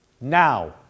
Now